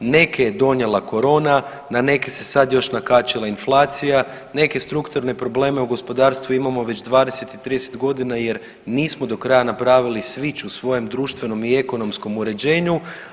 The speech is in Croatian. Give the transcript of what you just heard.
Neke je donijela corona, na neke se sad još nakačila inflacija, neke strukturne probleme u gospodarstvu imamo već 20 i 30 godina jer nismo do kraja napravili swich u svojem društvenom i ekonomskom uređenju.